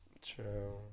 True